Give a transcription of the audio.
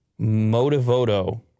Motivoto